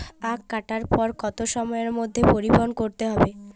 আখ কাটার পর কত সময়ের মধ্যে পরিবহন করতে হবে?